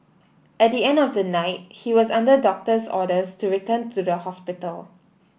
at the end of the night he was under doctor's orders to return to the hospital